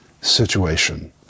situation